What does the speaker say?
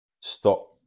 stop